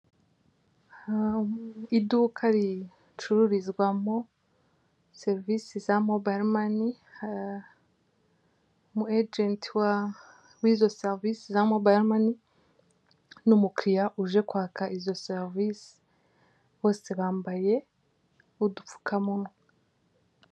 Iduka ricururizwamo serivise za mobayiro mani, umu ejenti w'izo serivise za mobayiro mani n'umukiriya uje kwaka izo serivise, bose bambaye udupfukamunwa.